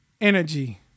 energy